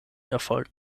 erfolgen